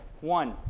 One